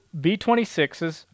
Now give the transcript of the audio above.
B-26s